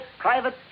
private